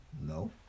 No